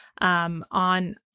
on